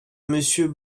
monsieur